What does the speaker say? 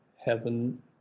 heaven